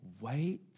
Wait